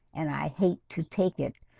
and i hate to take it,